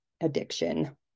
addiction